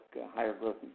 higher-growth